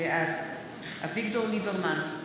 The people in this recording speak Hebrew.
בעד אביגדור ליברמן,